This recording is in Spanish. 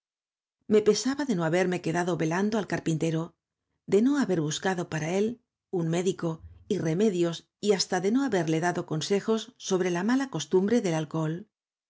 me pesaba de no haberme quedado velando al carpintero de no haber buscado para él un médico y remedios y hasta de no haberle dado consejos sobre la mala costumbre del alcohol